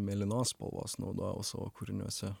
mėlynos spalvos naudojau savo kūriniuose